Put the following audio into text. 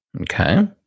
Okay